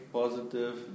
positive